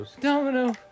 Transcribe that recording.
Domino